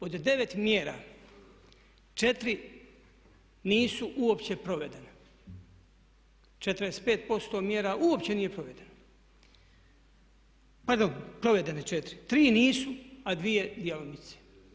Od 9 mjera 4 nisu uopće provedene, 45% mjera uopće nije provedeno, provedene 4, 3 nisu, a 2 djelomice.